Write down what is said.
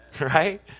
right